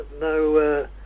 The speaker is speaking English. no